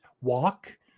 walk